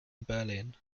berlin